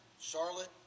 Charlotte